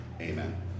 Amen